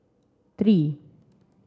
three